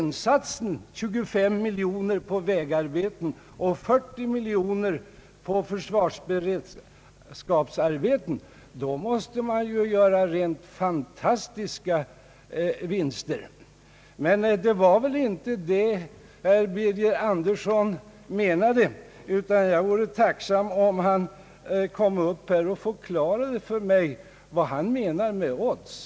Om insatsen uppgår till 25 miljoner på vägarbetena och 40 miljoner på försvarsberedskapsarbetena, måste det ju bli rent fantastiska vinster, men det var väl inte det herr Birger Andersson avsåg. Jag vore tacksam, om han ville förklara för mig vad han menade med odds.